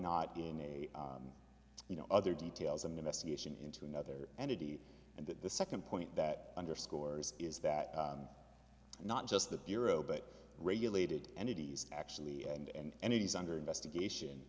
not in a you know other details of an investigation into another entity and that the second point that underscores is that not just the bureau but regulated entities actually and he's under investigation